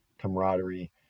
camaraderie